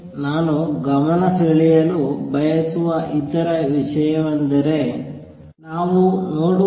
ನಾನು ಗಮನಸೆಳೆಯಲು ಬಯಸುವ ಇತರ ವಿಷಯವೆಂದರೆ ನಾವು ನೋಡುವುದು